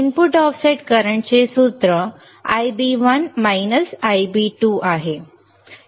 Input offset करंटचे सूत्र । Ib1 Ib2 । बरोबर